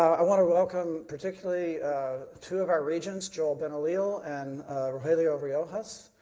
i want to welcome particularly two of our regents, joel benoliel and rogelio riojas,